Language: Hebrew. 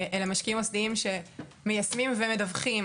אלו משקיעים מוסדיים שמיישמים ומדווחים